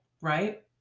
right